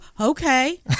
Okay